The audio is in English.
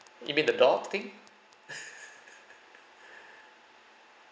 you mean the dog thing